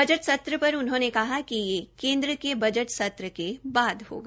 budget सत्र पर उन्होंने कहा कि यह केन्द्र के बजट सत्र के बाद होगा